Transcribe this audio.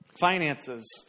finances